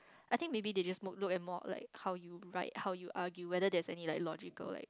I think maybe they just mode look at more of like how you write how you argue whether there's any like logical like